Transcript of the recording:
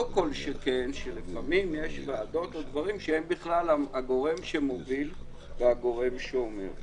לא כל שכן שלפעמים יש ועדות שהן הגורם שמוביל והגורם שאומר.